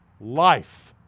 life